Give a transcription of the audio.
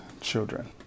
children